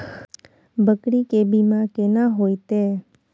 बकरी के बीमा केना होइते?